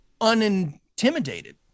unintimidated